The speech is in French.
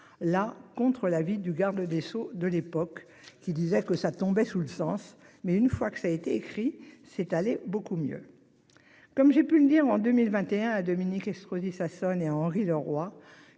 là contre l'avis du garde des sceaux de l'époque qui disait que ça tombait sous le sens mais une fois que ça a été écrit, c'est aller beaucoup mieux. Comme j'ai pu le dire en 2021 à Dominique Estrosi Sassone et Henri Leroy,